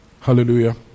Hallelujah